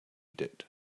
did